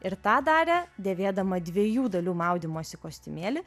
ir tą darė dėvėdama dviejų dalių maudymosi kostiumėlį